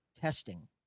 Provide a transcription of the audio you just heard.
testing